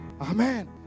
amen